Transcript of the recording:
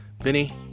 Vinny